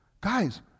guys